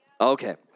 Okay